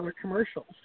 commercials